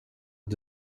att